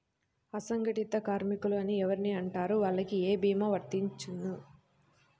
అసంగటిత కార్మికులు అని ఎవరిని అంటారు? వాళ్లకు ఏ భీమా వర్తించుతుంది?